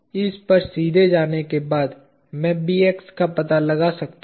इस पर सीधे जाने के बाद मैं Bx का पता लगा सकता हूं